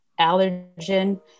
allergen